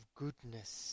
goodness